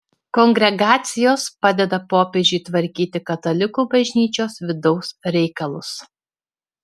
kongregacijos padeda popiežiui tvarkyti katalikų bažnyčios vidaus reikalus